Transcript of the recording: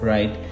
Right